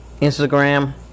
Instagram